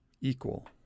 equal